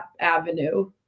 avenue